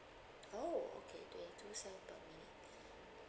oh okay twenty two cent per minute